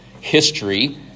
history